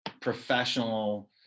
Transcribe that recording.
professional